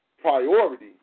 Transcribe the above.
priority